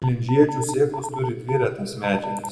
mėlynžiedžių sėklos turi dvi retas medžiagas